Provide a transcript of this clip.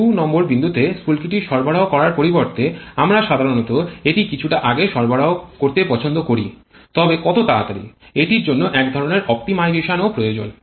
২ নং বিন্দুতে স্ফুলকিটি সরবরাহ করার পরিবর্তে আমরা সাধারণত এটি কিছুটা আগে সরবরাহ করতে পছন্দ করি তবে কত তাড়াতাড়ি এটির জন্য এক ধরণের অপ্টিমাইজেশনও প্রয়োজন